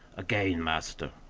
again, master,